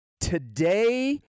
today